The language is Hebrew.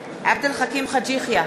בעד עבד אל חכים חאג' יחיא,